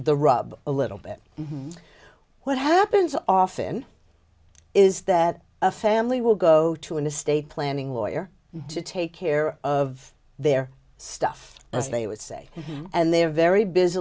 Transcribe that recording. the rub a little bit what happens often is that a family will go to an estate planning lawyer to take care of their stuff as they would say and they are very bus